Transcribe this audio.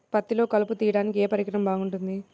పత్తిలో కలుపు తీయడానికి ఏ పరికరం బాగుంటుంది?